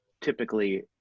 typically